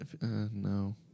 No